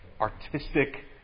artistic